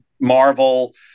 Marvel